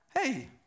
hey